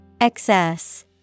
Excess